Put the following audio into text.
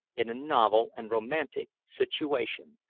in a novel and romantic situation,